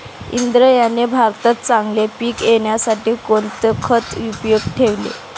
इंद्रायणी भाताचे चांगले पीक येण्यासाठी कोणते खत उपयुक्त ठरेल?